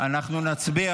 אנחנו נצביע